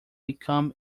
become